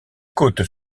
côtes